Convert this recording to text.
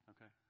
Okay